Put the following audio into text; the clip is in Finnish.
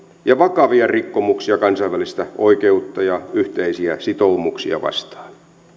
ja vakavia rikkomuksia kansainvälistä oikeutta ja yhteisiä sitoumuksia vastaan